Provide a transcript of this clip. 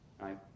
Right